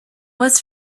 was